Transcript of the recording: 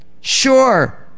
Sure